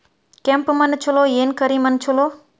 ಕೆಂಪ ಮಣ್ಣ ಛಲೋ ಏನ್ ಕರಿ ಮಣ್ಣ ಛಲೋ?